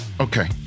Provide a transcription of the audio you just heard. Okay